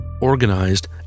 organized